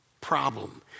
Problem